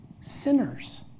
sinners